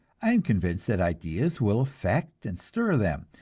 i am convinced that ideas will affect and stir them,